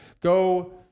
Go